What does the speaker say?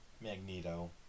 Magneto